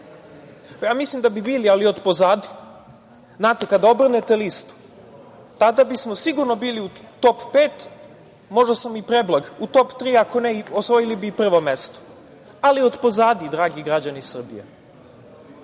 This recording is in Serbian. Mislim da bi bili, ali od pozadi. Znate, kada obrnete listu tada bismo sigurno bili u top pet, možda sam i preblag, u top tri, ako ne osvojili bi i prvo mesto, ali od pozadi dragi građani Srbije. Moram